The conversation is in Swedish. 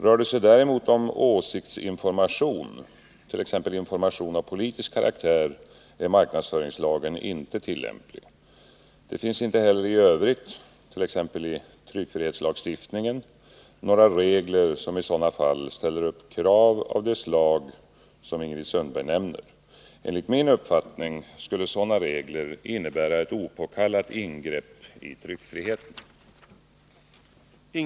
Rör det sig däremot om åsiktsinformation, t.ex. information av politisk karaktär, är marknadsföringslagen inte tillämplig. Det finns inte heller i Övrigt, t.ex. i tryckfrihetslagstiftningen, några regler som i sådana fall ställer upp krav av det slag som Ingrid Sundberg nämner. Enligt min uppfattning skulle sådana regler innebära ett opåkallat ingrepp i tryckfriheten.